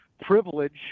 privilege